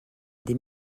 des